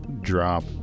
drop